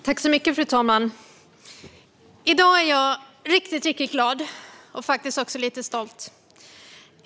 Fru talman! I dag är jag riktigt glad, och faktiskt också lite stolt.